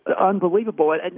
unbelievable